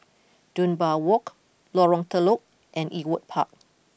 Dunbar Walk Lorong Telok and Ewart Park